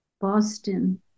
Boston